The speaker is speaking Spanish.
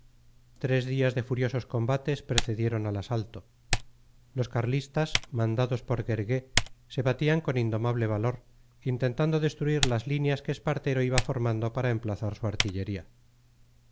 tres días de furiosos combates precedieron al asalto los carlistas mandados por gergué se batían con indomable valor intentando destruir las líneas que espartero iba formando para emplazar su artillería